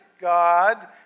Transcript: God